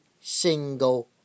single